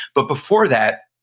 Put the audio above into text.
but before that,